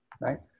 Right